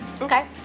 okay